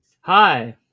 Hi